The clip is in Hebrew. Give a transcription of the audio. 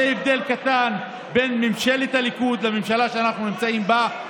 זה הבדל קטן בין ממשלת הליכוד לממשלה שאנחנו נמצאים בה,